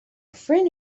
friend